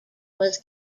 was